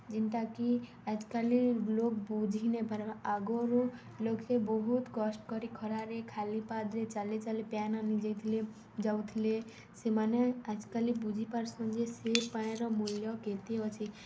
ଯେନ୍ଟାକି ଆଏଜ୍ କାଲିର୍ ଲୋକ୍ ବୁଝି ନାଇପାର୍ବା ଆଗରୁ ଲୋକେ ବହୁତ୍ କଷ୍ଟ୍ କରି ଖରାରେ ଖାଲି ପାଦ୍ରେ ଚାଲି ଚାଲି ପାଏନ୍ ଆନିଯାଇଥିଲେ ଯାଉଥିଲେ ସେମାନେ ଆଏଜ୍ କାଲି ବୁଝିପାର୍ସନ୍ ଯେ ସେ ପାଏନ୍ର ମୂଲ୍ୟ କେତେ ଅଛେ